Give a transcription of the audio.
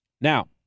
Now